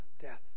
death